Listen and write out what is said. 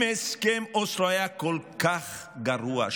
אם הסכם אוסלו היה כל כך גרוע,